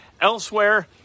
Elsewhere